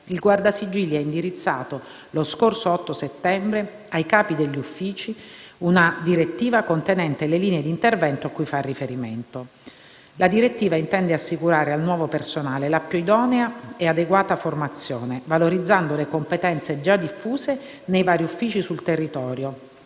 il Guardasigilli ha indirizzato, lo scorso 8 settembre, ai capi degli uffici una direttiva contenente le linee di intervento a cui far riferimento. La direttiva intende assicurare al nuovo personale la più idonea e adeguata formazione, valorizzando le competenze già diffuse nei vari uffici sul territorio